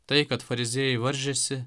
tai kad fariziejai varžėsi